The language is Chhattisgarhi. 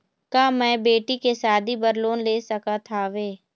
का मैं बेटी के शादी बर लोन ले सकत हावे?